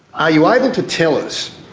are you able to tell us,